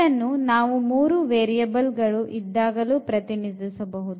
ಇದನ್ನು ನಾವು 3 ವೇರಿಯಬಲ್ ಗಳು ಇದ್ದಾಗಲೂ ಪ್ರತಿನಿಧಿಸಬಹುದು